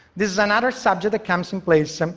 this is another subject that comes in place,